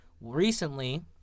Recently